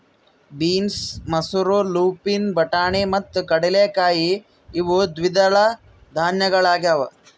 beans ಮಸೂರ lupin ಬಟಾಣಿ ಮತ್ತು ಕಡಲೆಕಾಯಿ ಇವು ದ್ವಿದಳ ಧಾನ್ಯಗಳಾಗ್ಯವ